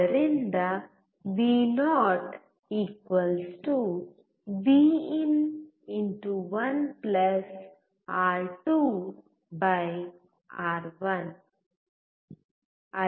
ಆದ್ದರಿಂದ ವಿ0 V in 1 R two R one Vo Vin1 R2 R1